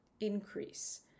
Increase